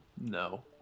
No